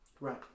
right